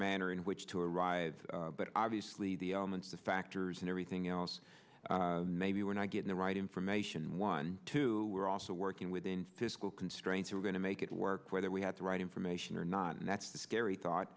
manner in which to arrive but obviously the elements the factors and everything else maybe we're not getting the right information one two we're also working within fiscal constraints we're going to make it work whether we have the right information or not and that's the scary thought